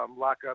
lockup